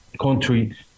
country